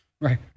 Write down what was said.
Right